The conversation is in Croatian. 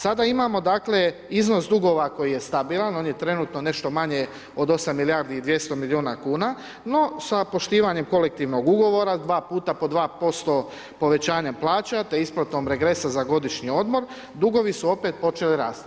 Sada imamo dakle iznos dugova koji je stabilan, on je trenutno nešto manje od 8 milijardi i 200 milijuna kn, no sa poštivanjem kolektivnog ugovora 2 puta po 2% povećanja plaća, te isplatom regresa za godišnji odmor, dugovi su opet počeli rasti.